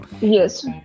Yes